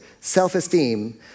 self-esteem